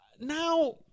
Now